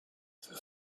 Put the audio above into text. für